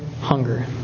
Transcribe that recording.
hunger